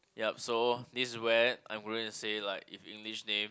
yup so this is where I'm willing to say like if English name